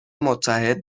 متحد